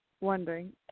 wondering